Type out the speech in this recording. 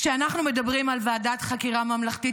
כשאנחנו מדברים על ועדת חקירה ממלכתית,